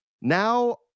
Now